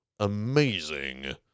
amazing